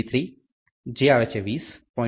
500 G3 20